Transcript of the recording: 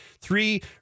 three